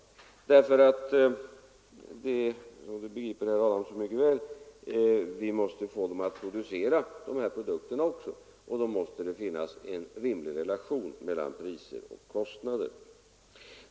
Vi måste nämligen få dem att — och det förstår herr Adamsson mycket väl — producera dessa produkter, och då måste det finnas en rimlig relation mellan priser och kostnader.